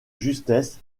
justesse